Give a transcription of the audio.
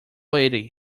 lady